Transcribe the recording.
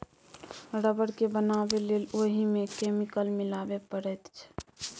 rubber केँ बनाबै लेल ओहि मे केमिकल मिलाबे परैत छै